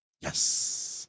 Yes